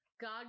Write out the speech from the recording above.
God